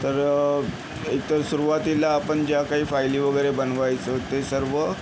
तर एकतर सुरवातीला आपण ज्या काही फाइली वगैरे बनवायचो ते सर्व